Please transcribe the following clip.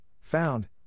found